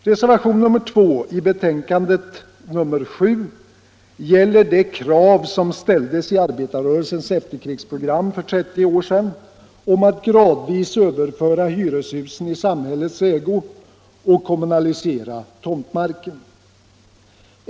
Reservationen 2 vid civilutskottets betänkande nr 7 gäller det krav som ställdes i arbetarrörelsens efterkrigsprogram för 30 år sedan på ett gradvis överförande av hyreshusen i samhällets ägo och på kommunalisering av tomtmarken.